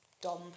Dom